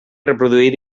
reproduir